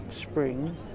spring